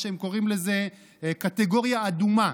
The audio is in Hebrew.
הם קוראים לזה "קטגוריה אדומה",